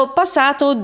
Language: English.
passato